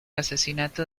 asesinato